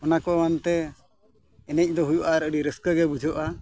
ᱚᱱᱟ ᱠᱚ ᱮᱢᱟᱱ ᱛᱮ ᱮᱱᱮᱡ ᱫᱚ ᱦᱩᱭᱩᱜᱼᱟ ᱟᱨ ᱟᱹᱰᱤ ᱨᱟᱹᱥᱠᱟᱹ ᱜᱮ ᱵᱩᱡᱷᱟᱹᱜᱼᱟ